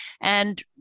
And-